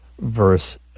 verse